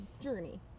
journey